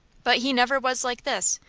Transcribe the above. but he never was like this.